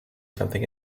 something